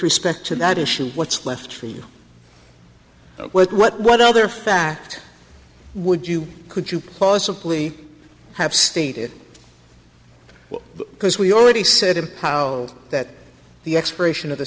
respect to that issue what's left for you what what what other fact would you could you possibly have stated well because we already said and how that the expiration of the